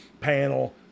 panel